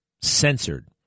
censored